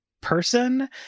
person